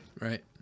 Right